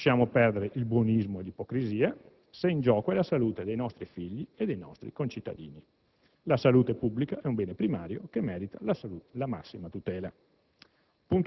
Lasciamo perdere il buonismo e l'ipocrisia, se in gioco è la salute dei nostri figli e dei nostri concittadini. La salute pubblica è un bene primario che merita la massima tutela.